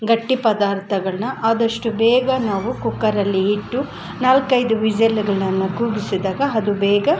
ಗಟ್ಟಿ ಪದಾರ್ಥಗಳ್ನ ಆದಷ್ಟು ಬೇಗ ನಾವು ಕುಕ್ಕರಲ್ಲಿ ಇಟ್ಟು ನಾಲ್ಕು ಐದು ವಿಝಿಲುಗಳನ್ನು ಕೂಗಿಸಿದಾಗ ಅದು ಬೇಗ